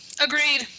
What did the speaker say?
Agreed